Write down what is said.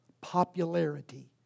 popularity